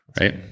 Right